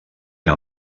era